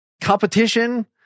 competition